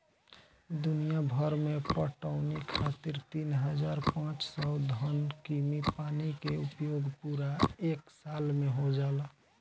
दुनियाभर में पटवनी खातिर तीन हज़ार पाँच सौ घन कीमी पानी के उपयोग पूरा एक साल में हो जाला